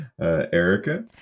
Erica